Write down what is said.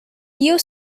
you